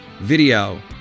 video